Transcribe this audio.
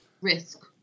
risk